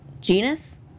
genus